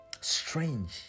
strange